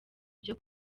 byo